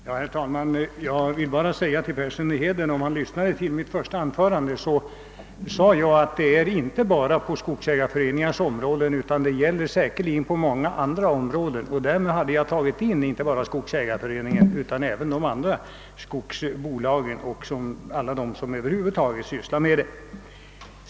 Herr talman! Om herr Persson i Heden lyssnade till mitt första anförande så hörde han satt jag sade, att detta inte bara gäller skogsägareföreningarnas områden utan säkerligen också många andra områden. Därmed hade jag tagit med inte bara 'skogsägareföreningen utan även skogsbolagen och över huvud taget alla som sysslat med detta.